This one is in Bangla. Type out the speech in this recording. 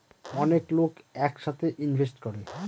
অনেক লোক এক সাথে ইনভেস্ট করে